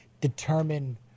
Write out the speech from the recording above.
determine